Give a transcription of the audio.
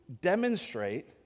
demonstrate